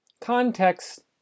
Context